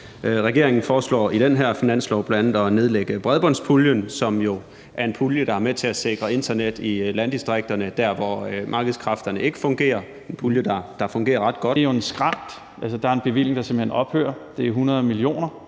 Regeringen foreslår i den her finanslov bl.a. at nedlægge bredbåndspuljen, som jo er en pulje, der er med til at sikre internet i landdistrikterne der, hvor markedskræfterne ikke fungerer – en pulje, der fungerer ret godt. En anden ting, man også foreslår at skære på igen i år, er